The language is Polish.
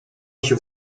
się